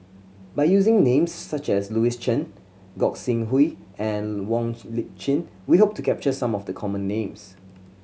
by using names such as Louis Chen Gog Sing Hooi and Wong Lip Chin we hope to capture some of the common names